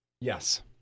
Yes